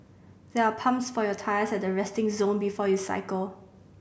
there are pumps for your tyres at the resting zone before you cycle